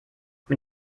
mit